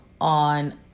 on